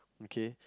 okay